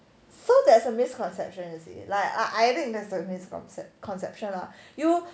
so there's a misconception you see like either in the service concept conception lah you